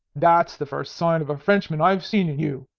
that's the first sign of a frenchman i've seen in you.